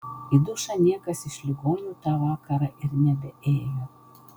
į dušą niekas iš ligonių tą vakarą ir nebeėjo